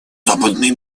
западный